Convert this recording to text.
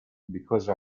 because